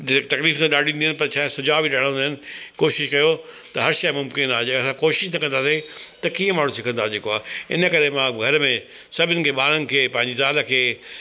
जे तकलीफ़ त हूंदी आहे ॾाढी पर छा आहे सुझाव बि ॾेयणा हूंदा आहिनि कोशिशि कयो तव्हां हर शइ मुमक़िन आहे जे असां कोशिशि न कंदासीं त कीअं माण्हू सिखंदा जेको आहे इन करे मां घर में सभिनि खे ॿारनि खे पंहिंजी ज़ाल खे